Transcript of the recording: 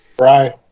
right